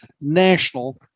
national